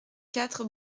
quatre